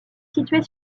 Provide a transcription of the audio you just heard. située